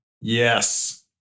Yes